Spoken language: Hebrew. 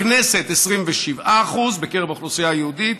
הכנסת, 27% בקרב האוכלוסייה היהודית,